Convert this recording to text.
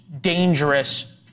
Dangerous